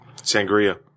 Sangria